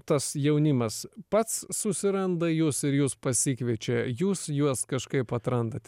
tas jaunimas pats susiranda jus ir jus pasikviečia jūs juos kažkaip atrandat